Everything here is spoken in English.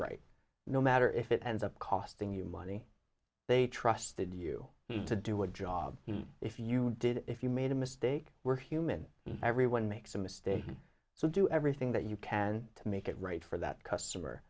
right no matter if it ends up costing you money they trusted you to do a job if you did if you made a mistake we're human and everyone makes a mistake so do everything that you can't make it right for that customer